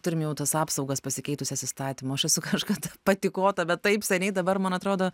turim jau tas apsaugas pasikeitusias įstatymo aš esu kažkada patykota bet taip seniai dabar man atrodo